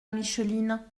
micheline